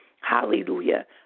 Hallelujah